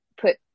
put